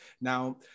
Now